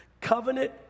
Covenant